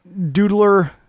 doodler